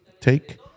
take